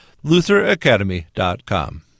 LutherAcademy.com